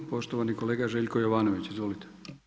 Poštovani kolega Željko Jovanović, izvolite.